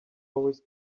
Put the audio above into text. always